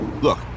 Look